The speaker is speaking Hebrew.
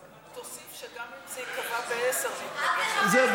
תוסיף שגם אם זה ייקבע ב-10:00 זה,